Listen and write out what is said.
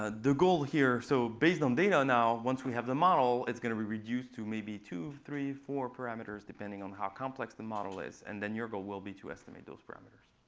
ah the goal here so based on data now, once we have the model is going to be reduced to maybe two, three, four parameters, depending on how complex the model is. and then your goal will be to estimate those parameters.